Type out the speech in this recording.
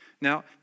Now